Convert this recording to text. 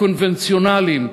הקונבנציונליים,